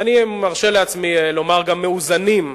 אני מרשה לעצמי לומר, גם מאוזנים,